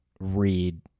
read